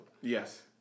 Yes